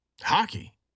Hockey